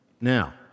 Now